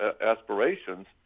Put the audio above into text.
aspirations